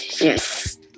Yes